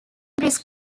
brisk